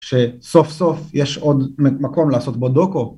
שסוף סוף יש עוד מקום לעשות בו דוקו.